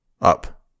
up